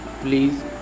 please